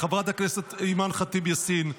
לחברת הכנסת אימאן ח'טיב יאסין,